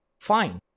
Fine